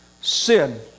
sin